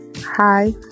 Hi